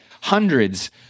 hundreds